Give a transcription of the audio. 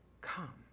come